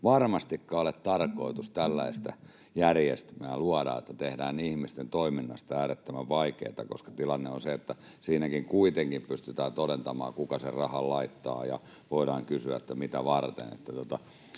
varmastikaan ole tarkoitus tällaista järjestelmää luoda, että tehdään ihmisten toiminnasta äärettömän vaikeata, koska tilanne on se, että siinä kuitenkin pystytään todentamaan, kuka sen rahan laittaa, ja voidaan kysyä, mitä varten.